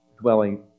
dwelling